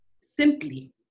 simply